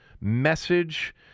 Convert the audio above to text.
message